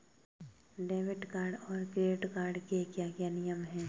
Debit card और credit card के क्या क्या नियम हैं?